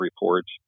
reports